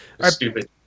stupid